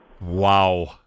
Wow